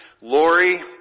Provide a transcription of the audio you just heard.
Lori